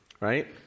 right